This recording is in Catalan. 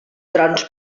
trons